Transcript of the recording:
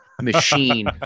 machine